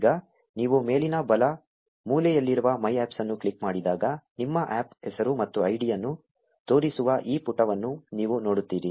ಈಗ ನೀವು ಮೇಲಿನ ಬಲ ಮೂಲೆಯಲ್ಲಿರುವ My Apps ಅನ್ನು ಕ್ಲಿಕ್ ಮಾಡಿದಾಗ ನಿಮ್ಮ APP ಹೆಸರು ಮತ್ತು ID ಅನ್ನು ತೋರಿಸುವ ಈ ಪುಟವನ್ನು ನೀವು ನೋಡುತ್ತೀರಿ